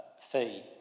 fee